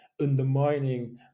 undermining